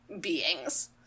beings